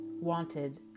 wanted